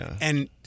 And-